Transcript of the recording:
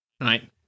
right